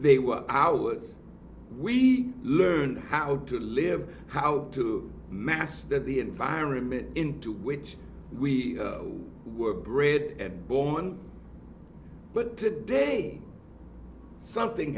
they were ours we learn how to live how to master the environment into which we go were bred and born but today something